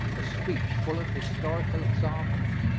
a speech full of historical examples.